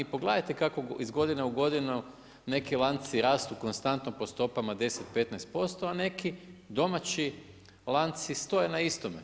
Pogledajte kako iz godine u godinu neki lanci rastu konstantno po stopama 10, 15% a neki domaći lanci stoje na istome.